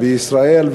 בישראל.